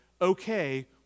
okay